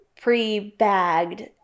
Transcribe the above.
pre-bagged